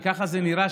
וככה זה נראה,